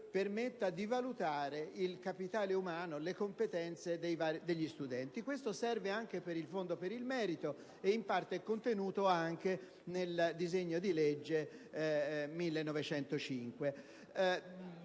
permetta di valutare il capitale umano, le competenze degli studenti. Questo servirebbe anche per il fondo per il merito ed in parte è contenuto anche nel disegno di legge n. 1905.